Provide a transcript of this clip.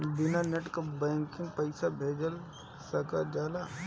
बिना net banking के पईसा भेज सकल जाला?